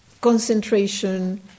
concentration